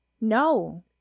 No